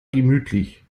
gemütlich